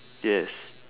yes